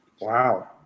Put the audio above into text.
Wow